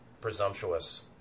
presumptuous